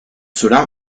cela